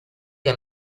che